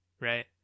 Right